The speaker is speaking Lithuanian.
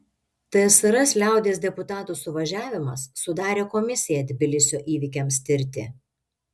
tsrs liaudies deputatų suvažiavimas sudarė komisiją tbilisio įvykiams tirti